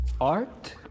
Art